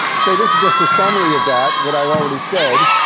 so this is just a summary of that, what i've already said.